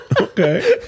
Okay